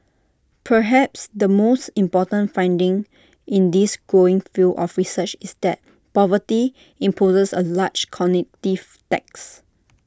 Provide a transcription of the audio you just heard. perhaps the most important finding in this growing field of research is that poverty imposes A large cognitive tax